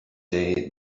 day